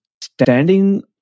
standing